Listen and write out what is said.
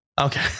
Okay